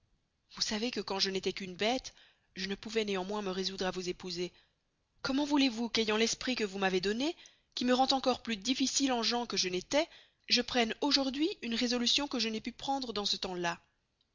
vous sçavez que quand je n'estois qu'une beste je ne pouvois neanmoins me resoudre à vous épouser comment voulezvous qu'ayant l'esprit que vous m'avez donné qui me rend encore plus difficile en gens que je n'estois je prenne aujourd'hui une resolution que je n'ay pû prendre dans ce temps-là